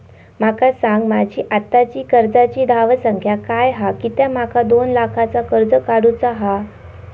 माका सांगा माझी आत्ताची कर्जाची धावसंख्या काय हा कित्या माका दोन लाखाचा कर्ज काढू चा हा?